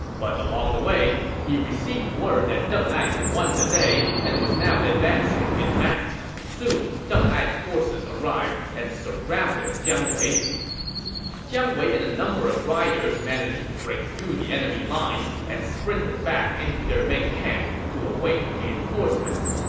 but along the way, he received word that deng ai had won the day and was now advancing en masse. soon, deng ai's forces arrived and surrounded jiang wei jiang wei and a number of riders managed to break through the enemy lines and sprinted back into their main camp to await reinforcements.